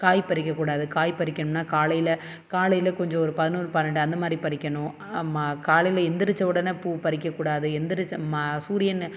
காய் பறிக்கக்கூடாது காய் பறிக்கணும்னா காலையில் காலையில் கொஞ்சம் ஒரு பதினோரு பன்னெண்டு அந்த மாதிரி பறிக்கணும் அம்மா காலையில் எந்திரிச்ச உடனே பூ பறிக்கக்கூடாது எந்திரிச்ச மா சூரியன்